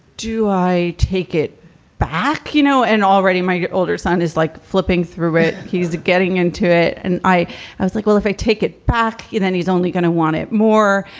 do i take it back, you know? and already my older son is like flipping through it. he's getting into it. and i i was like, well, if i take it back, then he's only going to want it more.